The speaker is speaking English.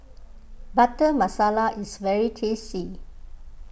Butter Masala is very tasty